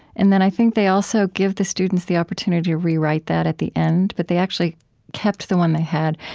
and then i think they also give the students the opportunity to rewrite that at the end, but they actually kept the one they had.